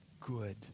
good